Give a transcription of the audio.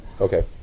Okay